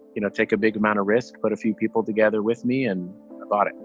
you know, take a big amount of risk, but a few people together with me and about it.